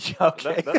okay